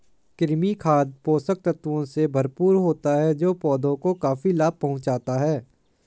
कृमि खाद पोषक तत्वों से भरपूर होता है जो पौधों को काफी लाभ पहुँचाता है